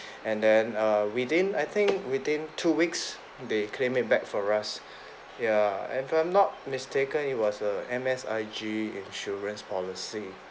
and then err within I think within two weeks they claim it back for us ya and if I'm not mistaken it was err M_S_I_G insurance policy